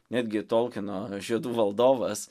netgi tolkino žiedų valdovas